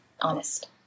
honest